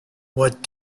what